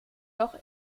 noch